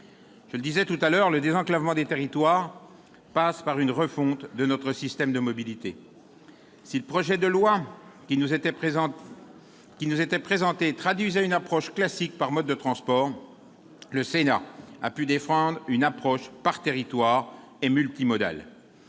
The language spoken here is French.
Je le disais, le désenclavement des territoires passe par une refonte de notre système de mobilités. Si le projet de loi qui nous était présenté traduisait une approche classique par mode de transport, le Sénat a su défendre une approche multimodale